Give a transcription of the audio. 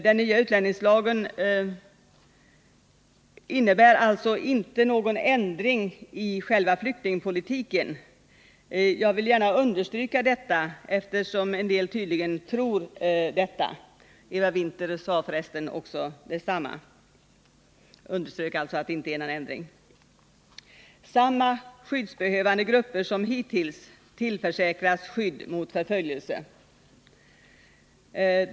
Den nya utlänningslagen innebär alltså inte någon ändring i själva flyktingpolitiken. Jag vill gärna understryka detta, eftersom en del tydligen tror det. Eva Winther underströk för resten att det inte är någon ändring. Samma skyddsbehövande grupper som hittills tillförsäkras skydd mot förföljelse.